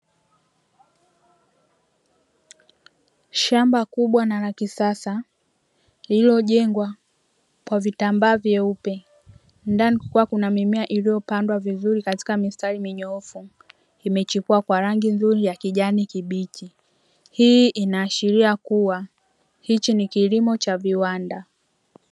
Shamba kubwa na la kisasa lililojengwa kwa vitambaa vyeupe, ndani kukiwa na mimea iliyopandwa vizuri katika mistari minyoofu, imechipua kwa rangi nzuri ya kijani kibichi. Hii inaashiria kuwa hiki ni kilimo cha viwanda.